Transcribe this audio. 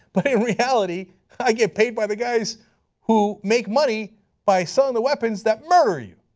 but in reality i get paid by the guys who make money by selling the weapons that murder you.